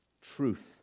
truth